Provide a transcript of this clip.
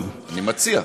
אני מציע.